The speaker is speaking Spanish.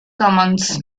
commons